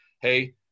hey